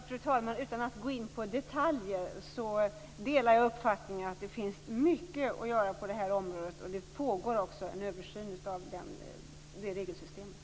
Fru talman! Utan att gå in på detaljer; jag delar uppfattningen att det finns mycket att göra på det här området. Det pågår en översyn av regelsystemet.